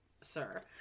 sir